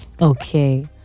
Okay